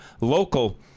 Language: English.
local